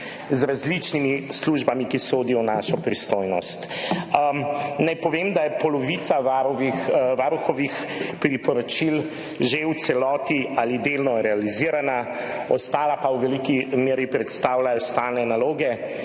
z različnimi službami, ki sodijo v našo pristojnost. Naj povem, da je polovica varuhovih priporočil že v celoti ali delno realizirana, ostala pa v veliki meri predstavljajo stalne naloge,